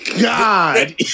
God